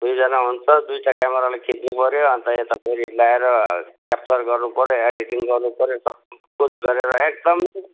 दुईजना हुन्छ दुइटा क्यामेराले खिच्नुपऱ्यो अन्त यता फेरि ल्याएर क्यापचर गर्नुपऱ्यो एडिटिङ गर्नुपऱ्यो सबकुछ गरेर एकदमै